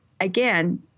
again